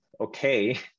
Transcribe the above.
okay